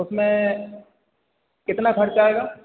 उसमें कितना खर्चा आएगा